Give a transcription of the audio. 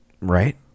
Right